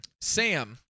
Sam